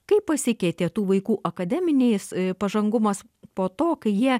kaip pasikeitė tų vaikų akademiniais pažangumas po to kai jie